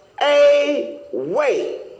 away